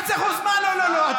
2.5%, מה "לא, לא, לא"?